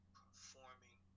performing